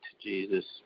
Jesus